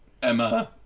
Emma